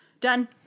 done